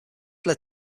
led